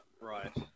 right